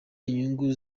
inyungu